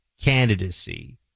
candidacy